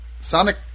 Sonic